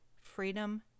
Freedom